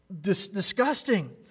disgusting